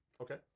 Okay